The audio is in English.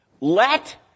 Let